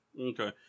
Okay